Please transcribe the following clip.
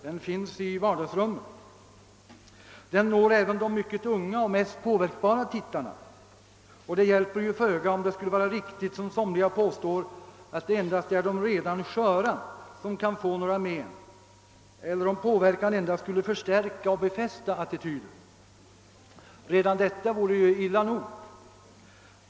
Den finns i vardagsrummen. Den når även de mycket unga och mest påverkbara tittarna, och det hjälper föga om det skulle vara riktigt, som somliga påstår, att det endast är de redan sköra som kan få några men eller om påverkan endast skulle förstärka och befästa attityder. Redan detta vore illa nog.